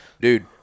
Dude